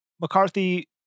McCarthy